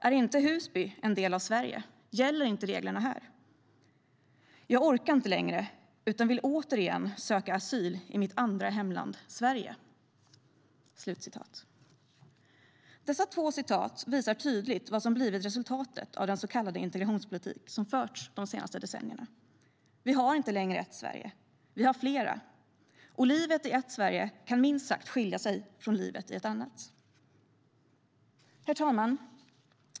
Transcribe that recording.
"Är inte Husby en del av Sverige, gäller reglerna inte här? Jag orkar inte längre utan vill återigen söka asyl i mitt andra hemland Sverige." Dessa två citat visar tydligt vad som blivit resultatet av den så kallade integrationspolitik som förts de senaste decennierna. Vi har inte längre ett Sverige, vi har flera, och livet i ett Sverige kan minst sagt skilja sig från livet i ett annat. Herr talman!